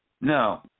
No